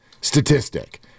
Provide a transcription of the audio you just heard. statistic